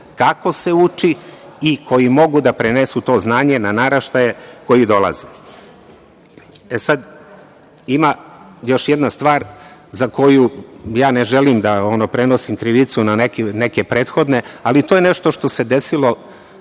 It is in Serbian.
kako se uči i koji mogu da prenesu to znanje na naraštaje koji dolaze. Ima još jedna stvar za koju ja ne želim da prenosim krivicu na neke prethodne, ali to je nešto što se desilo